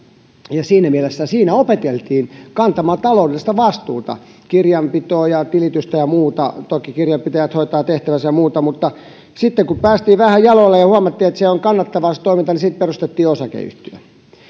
ja siinä mielessä siinä opeteltiin kantamaan taloudellista vastuuta kirjanpitoa tilitystä ja muuta toki kirjanpitäjät hoitavat tehtävänsä mutta sitten kun päästiin vähän jaloilleen ja huomattiin että toiminta on kannattavaa niin sitten perustettiin osakeyhtiö